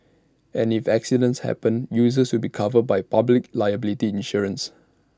and if accidents happen users will be covered by public liability insurance